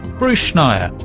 bruce schneier,